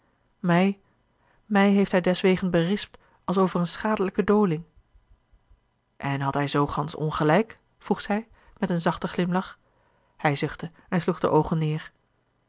mij mij heeft hij deswegen berispt als over eene schadelijke doling en had hij zoo gansch ongelijk vroeg zij met een zachten glimlach hij zuchtte en sloeg de oogen neêr